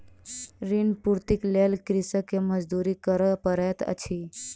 ऋण पूर्तीक लेल कृषक के मजदूरी करअ पड़ैत अछि